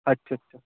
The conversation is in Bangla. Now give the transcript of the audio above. আচ্ছা আচ্ছা